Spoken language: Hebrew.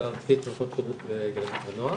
ארצית שנותנות שירות לילדים ונוער,